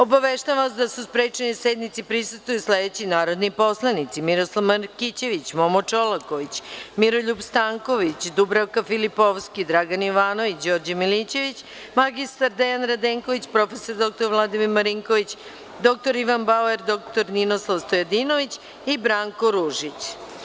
Obaveštavam vas da su sprečeni da sednici prisustvuju sledeći narodni poslanici: Miroslav Markićević, Momo Čolaković, Miroljub Stanković, Dubravka Filipovski, Dragan Jovanović, Đorđe Milićević, mr Dejan Radenković, prof. dr Vladimir Marinković, dr Ivan Bauer, dr Ninoslav Stojadinović i Branko Ružić.